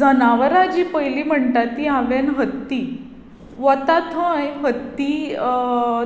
जनावरां जीं पयलीं म्हणटा ती हांवें हत्ती वता थंय हत्ती